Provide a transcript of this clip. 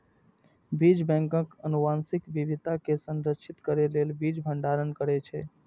बीज बैंक आनुवंशिक विविधता कें संरक्षित करै लेल बीज भंडारण करै छै